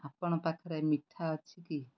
ଆପଣ ପାଖରେ ମିଠା ଅଛି କି